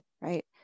right